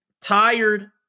tired